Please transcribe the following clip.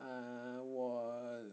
ah 我